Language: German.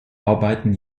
arbeiten